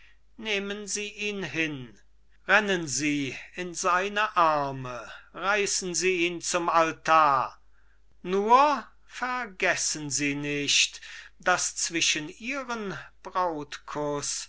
nehmen sie ihn hin rennen sie in seine arme reißen sie ihn zum altar nur vergessen sie nicht daß zwischen ihren brautkuß